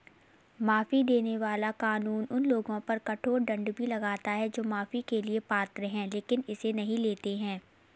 माफी देने वाला कानून उन लोगों पर कठोर दंड भी लगाता है जो माफी के लिए पात्र हैं लेकिन इसे नहीं लेते हैं